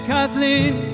Kathleen